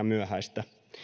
myöhäistä